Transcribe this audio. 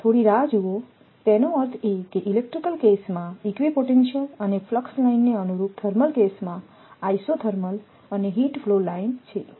થોડી રાહ જુઓતેનો અર્થ એ કે ઇલેક્ટ્રિકલ કેસમાં ઇક્વિપોટેન્શિયલસ અને ફ્લક્સ લાઇનને અનુરૂપ થર્મલ કેસમાં આઇસોથર્મલ્સ અને હીટ ફ્લો લાઇન છે